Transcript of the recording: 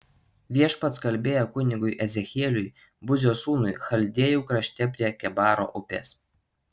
viešpats kalbėjo kunigui ezechieliui buzio sūnui chaldėjų krašte prie kebaro upės